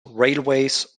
railways